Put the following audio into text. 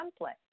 template